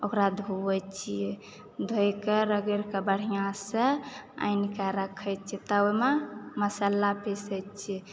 ओकरा धोवै छिऐ धोए कऽ रगड़िकऽबढ़िआँसंँ आनि कऽ राखैत छिऐ तब ओहिमे मसाला पीसै छिऐ